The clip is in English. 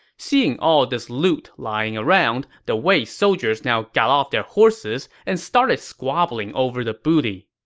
seeing all this loot lying around, the wei soldiers now got off their horses and started squabbling over the booty.